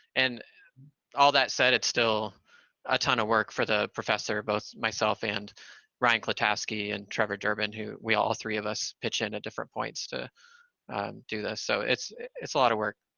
and all that said, it's still a ton of work for the professor, both myself and brian klataske and trevor durbin, who we all three of us pitch in at different points to do this. so it's it's a lot of work.